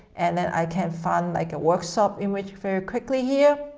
and then i can find like a workshop image very quickly here.